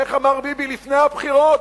איך אמר ביבי לפני הבחירות,